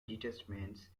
detachments